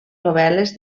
novel·les